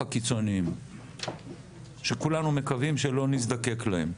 קיצוניים שכולנו מקווים שלא נזדקק להם,